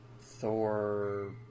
Thor